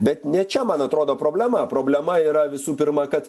bet ne čia man atrodo problema problema yra visų pirma kad